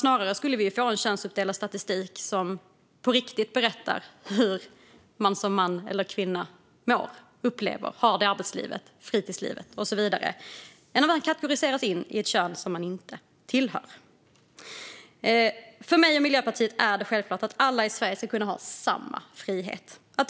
Snarare skulle vi få en könsuppdelad statistik som på riktigt berättar hur man som man eller kvinna mår, upplever saker och har det i arbetslivet, fritidslivet och så vidare, i stället för att man kategoriseras in i ett kön som man inte tillhör. För mig och Miljöpartiet är det självklart att alla i Sverige ska kunna ha samma frihet.